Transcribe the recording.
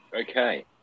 Okay